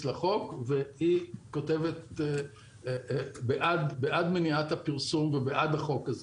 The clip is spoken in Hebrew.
לחוק והיא כותבת בעד מניעת הפרסום ובעד החוק הזה.